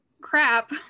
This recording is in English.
crap